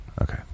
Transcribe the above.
Okay